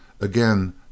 Again